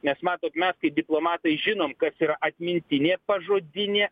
nes matot mes kai diplomatai žinom kas yra atmintinė pažodinė